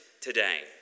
today